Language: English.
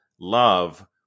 love